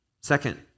Second